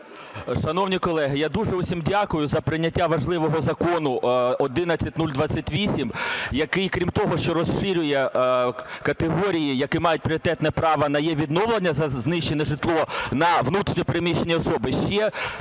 Шановні колеги, я дуже всім дякую за прийняття важливого закону 11028, який крім того, що розширює категорії, які мають пріоритетне право на єВідновлення за знищене житло на внутрішньо переміщені особи, ще створює